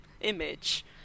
image